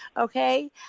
Okay